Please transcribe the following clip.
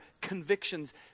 convictions